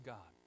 God